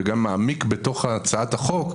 וגם מעמיק בהצעת החוק,